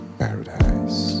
paradise